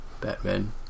Batman